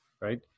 right